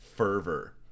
fervor